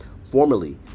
Formerly